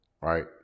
right